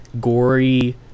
gory